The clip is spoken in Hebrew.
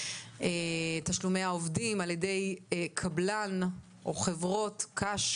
תשלומי העובדים על ידי קבלן או חברות קש,